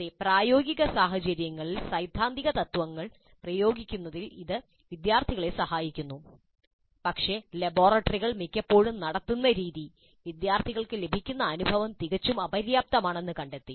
അതെ പ്രായോഗിക സാഹചര്യങ്ങളിൽ സൈദ്ധാന്തിക തത്ത്വങ്ങൾ പ്രയോഗിക്കുന്നതിൽ ഇത് വിദ്യാർത്ഥികളെ സഹായിക്കുന്നു പക്ഷേ ലബോറട്ടറികൾ മിക്കപ്പോഴും നടത്തുന്ന രീതി വിദ്യാർത്ഥികൾക്ക് ലഭിക്കുന്ന അനുഭവം തികച്ചും അപര്യാപ്തമാണെന്ന് കണ്ടെത്തി